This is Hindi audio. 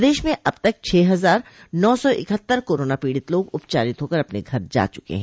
प्रदश में अब तक छह हजार नौ सौ इकहत्तर करोनो पीड़ित लोग उपचारित होकर अपने घर जा चुके हैं